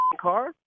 car